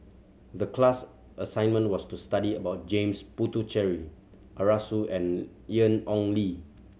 the class assignment was to study about James Puthucheary Arasu and Ian Ong Li